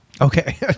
Okay